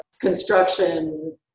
construction